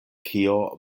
kio